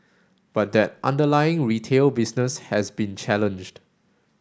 but that underlying retail business has been challenged